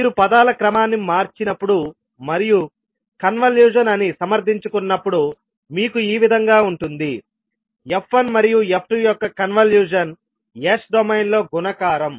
మీరు పదాల క్రమాన్ని మార్చినప్పుడు మరియు కన్వల్యూషన్ అని సమర్థించుకున్నప్పుడు మీకు ఈ విధంగా ఉంటుందిf1 మరియు f2 యొక్క కన్వల్యూషన్ S డొమైన్లో గుణకారం